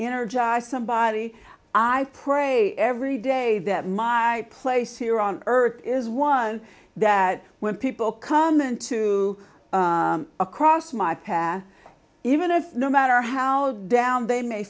energize somebody i pray every day that my place here on earth is one that when people come into across my path even if no matter how down they may